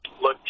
look